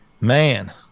man